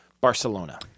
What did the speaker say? Barcelona